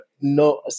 No